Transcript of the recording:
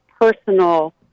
personal